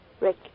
Rick